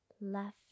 left